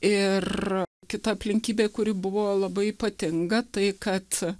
ir kita aplinkybė kuri buvo labai ypatinga tai kad